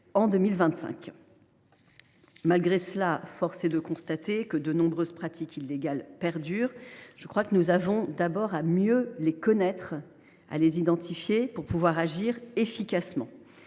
demande. Malgré cela, force est de constater que de nombreuses pratiques illégales perdurent. Je crois que nous devons d’abord mieux les connaître et les identifier pour pouvoir agir efficacement.